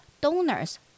donors